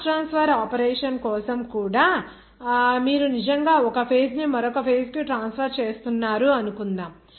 mass transfer operation కోసం కూడా మీరు నిజంగా ఒక ఫేజ్ ను మరొక ఫేజ్ కు ట్రాన్స్ఫర్ చేస్తున్నారు అనుకుందాం